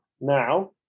now